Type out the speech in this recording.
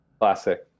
Classic